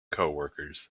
coworkers